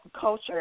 culture